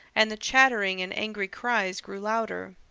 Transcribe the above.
and the chattering and angry cries grew louder.